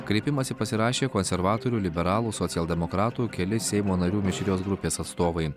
kreipimąsi pasirašė konservatorių liberalų socialdemokratų keli seimo narių mišrios grupės atstovai